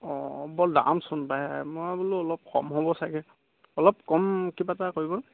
অঁ বৰ দামচোন পায় মই বোলো অলপ কম হ'ব চাগে অলপ কম কিবা এটা কৰিব